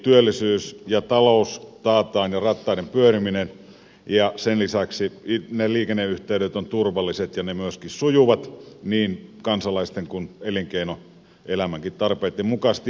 työllisyys ja talous ja rattaiden pyöriminen taataan ja sen lisäksi ne liikenneyhteydet ovat turvalliset ja ne myöskin sujuvat niin kansalaisten kuin elinkeinoelämänkin tarpeitten mukaisesti